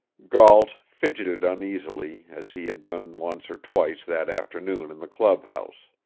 gault fidgeted uneasily, as he had done once or twice that afternoon in the clubhouse.